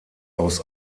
aus